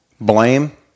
Blame